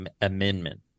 amendment